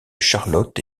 charlotte